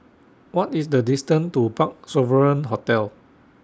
What IS The distance to Parc Sovereign Hotel